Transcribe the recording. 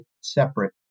separate